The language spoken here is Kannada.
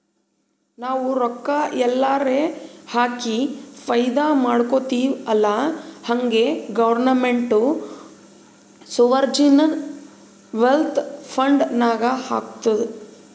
ನಾವು ರೊಕ್ಕಾ ಎಲ್ಲಾರೆ ಹಾಕಿ ಫೈದಾ ಮಾಡ್ಕೊತಿವ್ ಅಲ್ಲಾ ಹಂಗೆ ಗೌರ್ಮೆಂಟ್ನು ಸೋವರ್ಜಿನ್ ವೆಲ್ತ್ ಫಂಡ್ ನಾಗ್ ಹಾಕ್ತುದ್